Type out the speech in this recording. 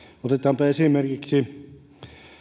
otetaanpa esimerkiksi